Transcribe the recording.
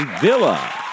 Villa